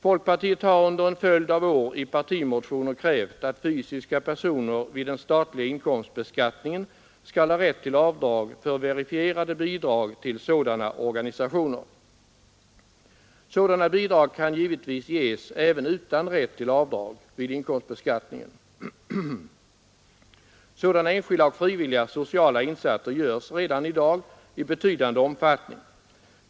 Folkpartiet har under en följd av år i partimotioner krävt att fysiska personer vid den statliga inkomstbeskattningen skall ha rätt till avdrag för verifierade bidrag till sådana organisationer. Bidrag kan givetvis ges även utan rätt till avdrag vid inkomstbeskattningen. Sådana enskilda och frivilliga sociala insatser görs redan i dag i betydande omfattning.